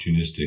opportunistic